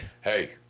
hey